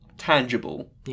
tangible